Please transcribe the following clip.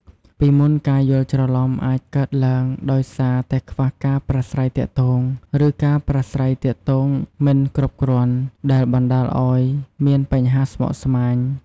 ពីមុន ការយល់ច្រឡំអាចកើតឡើងដោយសារតែខ្វះការប្រាស្រ័យទាក់ទង ឬការប្រាស្រ័យទាក់ទងមិនគ្រប់គ្រាន់ ដែលបណ្ដាលឲ្យមានបញ្ហាស្មុគស្មាញ។